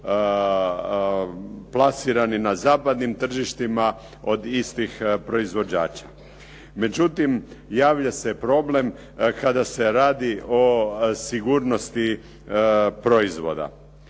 plasirani na zapadnim tržištima od istih proizvođača. Međutim, javlja se problem kada se radi o sigurnosti proizvoda,